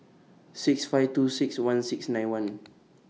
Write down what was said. six five two six one six nine one